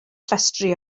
llestri